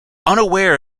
unaware